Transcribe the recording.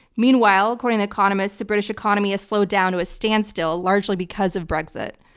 meanwhile, according to economists, the british economy has slowed down to a standstill largely because of brexit.